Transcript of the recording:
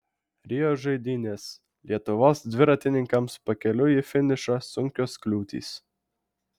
rio žaidynės lietuvos dviratininkams pakeliui į finišą sunkios kliūtys